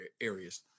areas